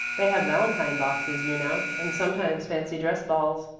they have valentine boxes, you know, and sometimes fancy dress balls.